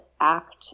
act